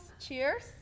Cheers